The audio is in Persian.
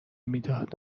میداد